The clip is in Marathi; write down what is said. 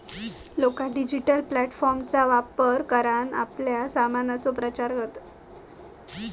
लोका डिजिटल प्लॅटफॉर्मचा वापर करान आपल्या सामानाचो प्रचार करतत